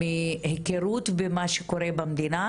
ומהיכרות עם מה שקורה במדינה,